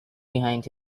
behind